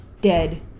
dead